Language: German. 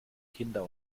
kinder